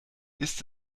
ist